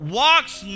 walks